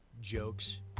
jokes